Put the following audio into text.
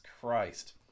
Christ